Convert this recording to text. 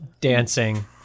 dancing